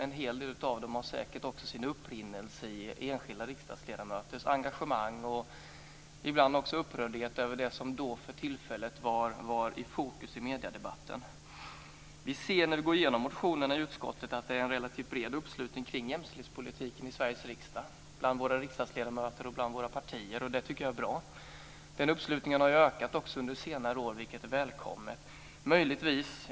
En hel del av dem har säkert också sin upprinnelse i enskilda riksdagsledamöters engagemang och ibland också upprördhet över det som då för tillfället var i fokus i mediedebatten. Vi ser när vi går igenom motionerna i utskottet att det är en relativt bred uppslutning kring jämställdhetspolitiken i Sveriges riksdag bland våra riksdagsledamöter och våra partier. Det tycker jag är bra. Den uppslutningen har ju ökat också under senare år, vilket är välkommet.